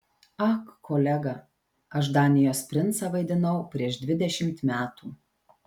ak kolega aš danijos princą vaidinau prieš dvidešimt metų